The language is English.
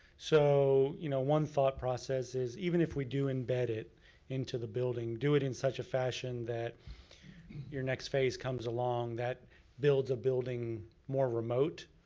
so you know one thought process is, even if we do embed it into the building, do it in such a fashion that your next phase comes along that builds a building more remote,